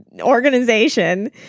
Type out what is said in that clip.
organization